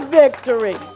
victory